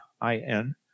I-N